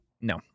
No